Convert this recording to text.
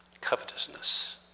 Covetousness